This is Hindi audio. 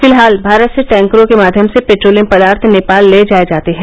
फिलहाल भारत से टैंकरों के माध्यम से पेट्रोलियम पदार्थ नेपाल ले जाये जाते हैं